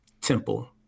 Temple